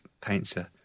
painter